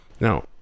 Now